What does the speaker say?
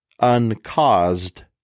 uncaused